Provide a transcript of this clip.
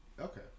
okay